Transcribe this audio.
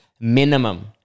minimum